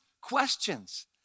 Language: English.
questions